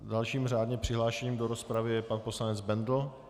Dalším řádně přihlášeným do rozpravy je pan poslanec Bendl.